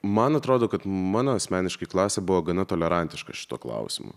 man atrodo kad mano asmeniškai klasė buvo gana tolerantiška šituo klausimu